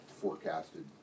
forecasted